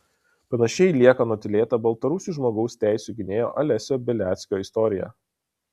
panašiai lieka nutylėta baltarusių žmogaus teisių gynėjo alesio beliackio istorija